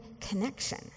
connection